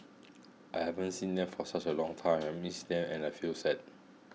I haven't seen them for such a long time miss them and I feel sad